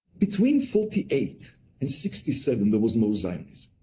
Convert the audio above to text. between forty eight and sixty seven, there was no zionism.